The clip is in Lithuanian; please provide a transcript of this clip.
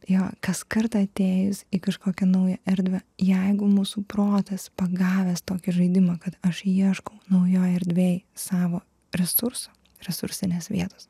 jo kas kartą atėjus į kažkokią naują erdvę jeigu mūsų protas pagavęs tokį žaidimą kad aš ieškau naujoj erdvėj savo resursų resursinės vietos